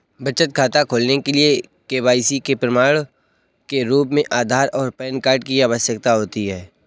बचत खाता खोलने के लिए के.वाई.सी के प्रमाण के रूप में आधार और पैन कार्ड की आवश्यकता होती है